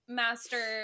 master